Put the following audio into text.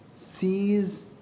sees